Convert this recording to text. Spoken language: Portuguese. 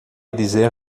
dizer